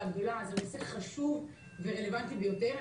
זה נושא חשוב ורלוונטי ביותר.